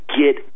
get